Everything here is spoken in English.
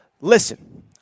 listen